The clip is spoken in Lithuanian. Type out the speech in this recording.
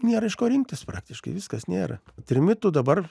nėra iš ko rinktis praktiškai viskas nėra trimitų dabar